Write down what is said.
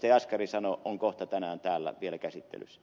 jaskari sanoi on kohta tänään täällä vielä käsittelyssä